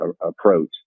approach